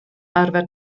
arfer